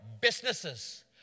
businesses